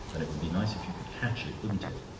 and it would be nice if you could catch it, wouldn't it?